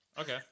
Okay